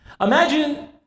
Imagine